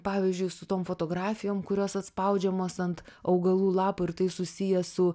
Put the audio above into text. pavyzdžiui su tom fotografijom kurios atspaudžiamos ant augalų lapų ir tai susiję su